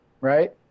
right